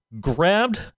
grabbed